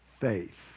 faith